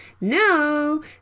No